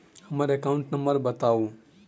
हम्मर account number बताऊ?